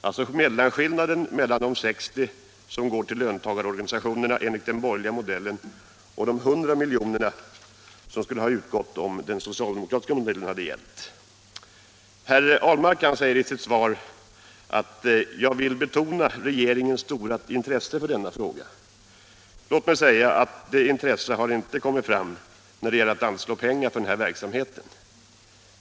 Det är skillnaden mellan de 60 miljoner som går till löntagarorganisationerna enligt den borgerliga modellen och de 100 miljoner som skulle ha utgått enligt den socialdemokratiska modellen. Herr Ahlmark säger i sitt svar: ”Jag vill betona regeringens stora intresse för denna fråga.” Låt mig säga att det intresset har inte visat sig när det gällt att anslå pengar till denna verksamhet.